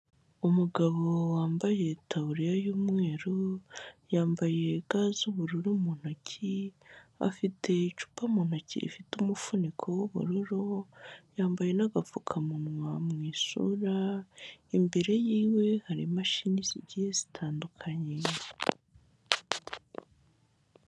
Umugabo wambaye itaburiya y'umweru, yambaye ga z'ubururu mu ntoki, afite icupa mu ntoki rifite umufuniko w'ubururu, yambaye n'agapfukamunwa mu isura, imbere yiwe hari imashini zigiye zitandukanye.